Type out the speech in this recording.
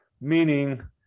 Meaning